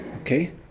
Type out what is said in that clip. Okay